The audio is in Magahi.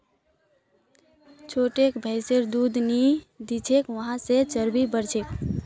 छोटिक भैंसिर दूध नी दी तोक वहा से चर्बी बढ़ छेक